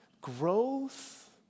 growth